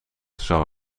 zou